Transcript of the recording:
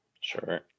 Sure